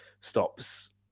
stops